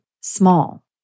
small